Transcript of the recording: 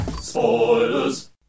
Spoilers